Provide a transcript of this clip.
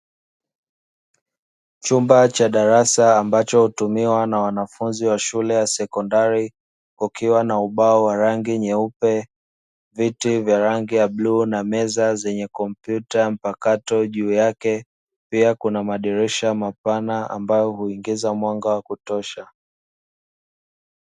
Chumba cha darasa ambacho hutumiwa na wanafunzi wa shule ya sekondari, kukiwa na ubao wa rangi nyeupe, viti vya rangi ya bluu na meza meza zenye kompyuta mpakato juu yake, pia kuna madirisha mapana ambayo huingiza mwanga wa kutosha.